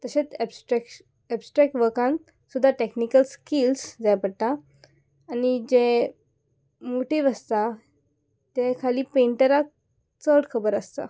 तशेंच abstraction abstract वर्कान सुद्दा टॅक्नीकल स्किल्स जाय पडटा आनी जे मोटिव आसता ते खाली पेंटराक चड खबर आसता